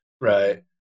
Right